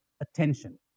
attention